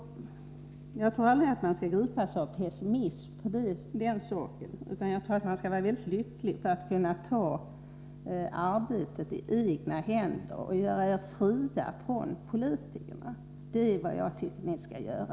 Jag tror inte att man skall gripas av pessimism för den saken, utan jag vet att man skall vara mycket lycklig över att kunna ta arbetet i egna händer och göra sig fri från politikerna. Det är vad jag tycker att ni skall göra.